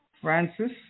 Francis